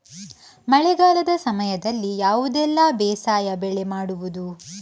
ಮಳೆಗಾಲದ ಸಮಯದಲ್ಲಿ ಯಾವುದೆಲ್ಲ ಬೇಸಾಯ ಬೆಳೆ ಮಾಡಬಹುದು?